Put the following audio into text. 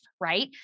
right